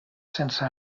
sense